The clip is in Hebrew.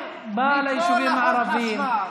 כי כבר כולם מדברים פה בערבית,